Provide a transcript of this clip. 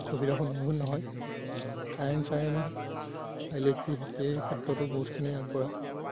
অসুবিধাৰ সন্মুখীন নহয় কাৰেণ্ট চাৰেণ্ট ইলেকট্ৰিকচিটিৰ ক্ষেত্ৰটো বহুতখিনি আগবঢ়া